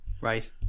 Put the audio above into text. right